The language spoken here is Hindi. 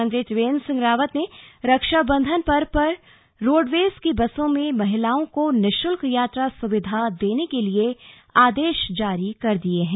मुख्यमंत्री त्रिवेन्द्र सिंह रावत ने रक्षाबंधन पर्व पर रोड़वेज की बसों में महिलाओं को निःशुल्क यात्रा सुविधा देने के लिए आदेश जारी कर दिए हैं